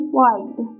wide